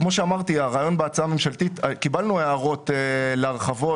הרעיון בהצעה הממשלתית קיבלנו הערות להרחבות,